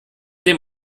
dem